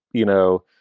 you know,